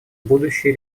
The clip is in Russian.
будущие